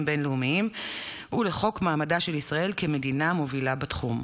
בין-לאומיים ויחזק את מעמדה של ישראל כמדינה מובילה בתחום.